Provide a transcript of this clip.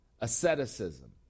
asceticism